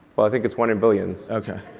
well, i think it's one in billions. okay.